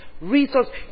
resources